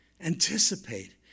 anticipate